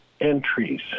entries